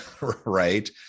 right